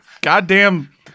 goddamn